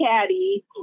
caddy